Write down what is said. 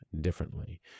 differently